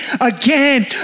again